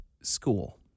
school